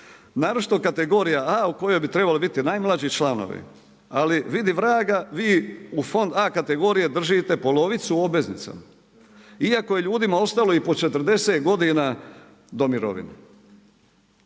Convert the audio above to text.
Naročito kategorija A u kojoj bi trebali biti najmlađi članovi ali vidi vraga vi u fond A kategorije držite polovicu obveznica. Iako je ljudima ostalo i po 40 godina do mirovine.